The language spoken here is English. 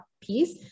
piece